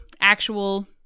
actual